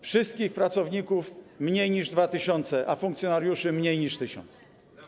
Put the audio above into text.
Wszystkich pracowników - mniej niż 2 tys., a funkcjonariuszy - mniej niż 1 tys.